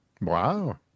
Wow